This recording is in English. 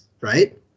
right